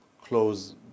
close